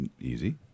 easy